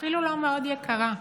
אפילו לא מאוד יקרה,